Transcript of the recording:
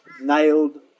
nailed